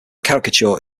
caricature